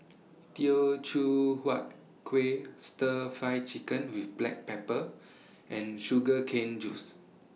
Teochew Huat Kueh Stir Fry Chicken with Black Pepper and Sugar Cane Juice